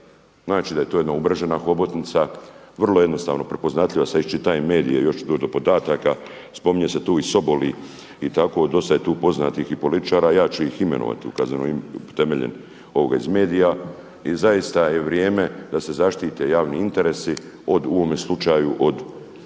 znači da je to jedna umrežena hobotnica, vrlo jednostavno prepoznatljiva, sada iščitavam medije, još ću doći do podataka, spominje se tu i Sobol i tako, dosta je tu poznatih i političara, ja ću ih imenovati temeljem ovoga iz medija. I zaista je vrijeme da se zaštite javni interesi od u ovome slučaju od znači